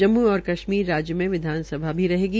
जम्मू और कशमीर राज्य में विधानसभा भी रहेगी